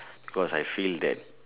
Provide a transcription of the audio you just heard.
cause I feel that